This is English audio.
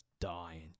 dying